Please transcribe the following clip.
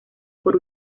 por